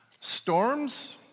Storms